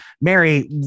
Mary